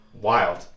Wild